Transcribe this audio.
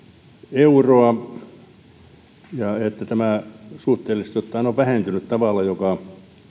euroa ja että tämä suhteellisesti ottaen on vähentynyt tavalla joka